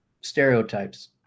stereotypes